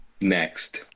next